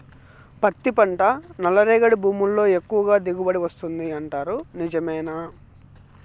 పత్తి పంట నల్లరేగడి భూముల్లో ఎక్కువగా దిగుబడి వస్తుంది అంటారు నిజమేనా